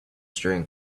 staring